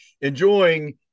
enjoying